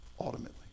Ultimately